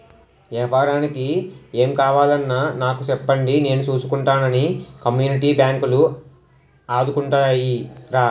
ఏపారానికి ఏం కావాలన్నా నాకు సెప్పండి నేను సూసుకుంటానని కమ్యూనిటీ బాంకులు ఆదుకుంటాయిరా